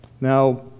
Now